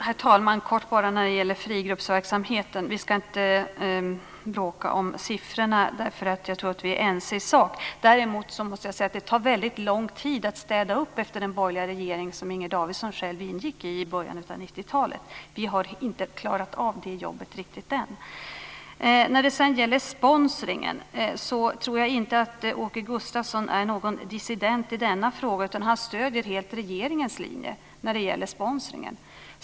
Herr talman! Bara kort när det gäller frigruppsverksamheten. Vi ska inte bråka om siffrorna, därför att jag tror att vi är ense i sak. Däremot måste jag säga att det tar väldigt lång tid att städa upp efter den borgerliga regering som Inger Davidson själv ingick i i början av 90-talet. Vi har inte klarat av det jobbet riktigt än. När det sedan gäller sponsringen tror jag inte att Åke Gustavsson är någon dissident i denna fråga. Han stöder helt regeringens linje när det gäller sponsringen.